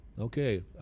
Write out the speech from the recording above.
okay